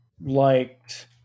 liked